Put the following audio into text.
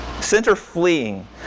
Center-fleeing